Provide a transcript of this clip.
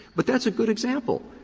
but that's a good example.